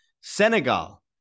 Senegal